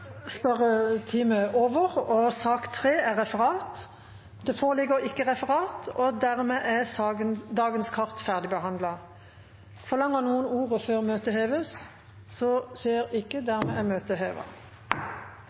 over. Det foreligger ikke noe referat. Dermed er dagens kart ferdigbehandlet. Forlanger noen ordet før møtet heves?